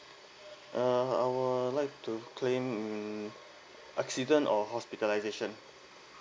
ah I would like to claim um accident or hospitalisation